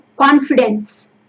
confidence